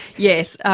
yes.